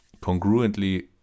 congruently